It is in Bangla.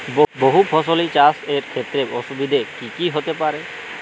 বহু ফসলী চাষ এর ক্ষেত্রে অসুবিধে কী কী হতে পারে?